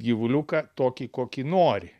gyvuliuką tokį kokį nori